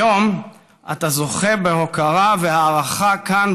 היום אתה זוכה בהוקרה ובהערכה כאן,